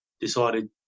decided